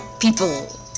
People